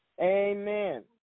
Amen